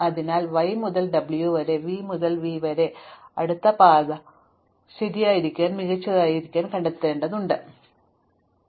അതിനാൽ y മുതൽ w വരെ v മുതൽ v വരെ v അടുത്ത പാത ശരിയായ പാതയേക്കാൾ മികച്ചതായിരിക്കുമെന്ന് കണ്ടെത്താനായാൽ പിന്നീടുള്ള ഒരു പാതയില്ല